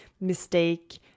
mistake